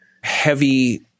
heavy